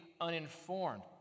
uninformed